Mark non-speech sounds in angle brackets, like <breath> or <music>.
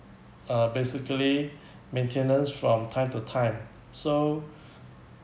uh basically maintenance from time to time so <breath>